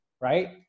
right